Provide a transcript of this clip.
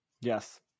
Yes